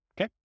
okay